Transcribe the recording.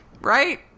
Right